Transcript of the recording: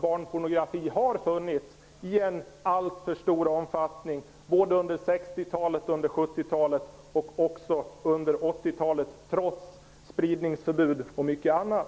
Barnpornografi har funnits i en alltför stor omfattning både under 1960 och 1970-talen, och också under 1980-talet, trots spridningsförbud och mycket annat.